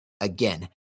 again